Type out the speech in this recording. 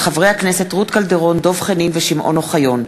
מאת חברות הכנסת עדי קול ומירי רגב,